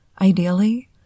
Ideally